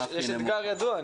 זה אתגר ידוע,